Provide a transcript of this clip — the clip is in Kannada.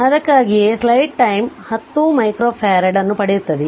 ಅದಕ್ಕಾಗಿಯೇ ಸ್ಲೈಡ್ ಟೈಮ್ 10 ಮೈಕ್ರೋಫ್ಯಾರಡ್ ಅನ್ನು ಪಡೆಯುತ್ತದೆ